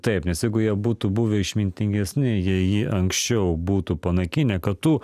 taip nes jeigu jie būtų buvę išmintingesni jie jį anksčiau būtų panaikinę kad tų